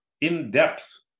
in-depth